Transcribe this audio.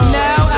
now